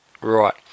Right